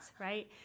right